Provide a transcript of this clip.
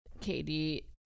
Katie